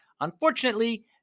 Unfortunately